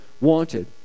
wanted